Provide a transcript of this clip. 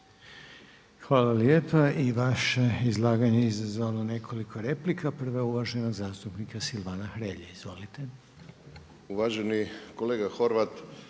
Hvala lijepa. I vaše izlaganje je izazvalo nekoliko replika. Prva je uvaženog zastupnika Silvana Hrelje. Izvolite. **Hrelja, Silvano